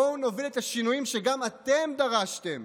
בואו נוביל את השינויים שגם אתם דרשתם,